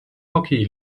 hockey